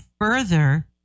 further